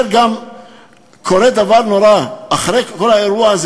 גם קורה דבר נורא: אחרי כל האירוע הזה